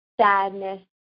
sadness